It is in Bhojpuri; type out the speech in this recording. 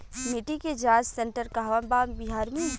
मिटी के जाच सेन्टर कहवा बा बिहार में?